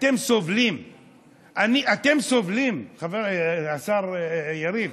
אתם סובלים, אתם סובלים, השר יריב.